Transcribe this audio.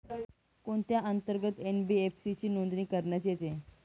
कोणत्या अंतर्गत एन.बी.एफ.सी ची नोंदणी करण्यात येते?